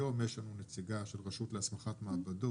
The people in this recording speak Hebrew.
היום יש לנו נציגה של רשות להסמכת מעבדות,